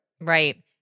Right